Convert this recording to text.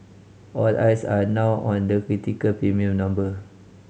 all eyes are now on that critical premium number